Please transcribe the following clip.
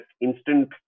instant